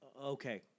Okay